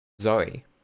Zoe